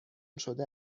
شده